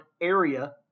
area